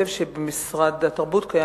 ביום ג' באדר התש"ע (17 בפברואר 2010): במשרדך קיים